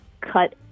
cut